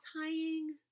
tying